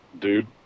dude